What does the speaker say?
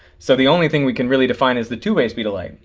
so the only thing we can really define is the two way speed of light.